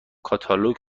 کاتالوگ